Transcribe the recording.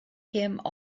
him